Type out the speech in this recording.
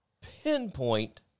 pinpoint